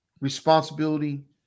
responsibility